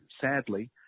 sadly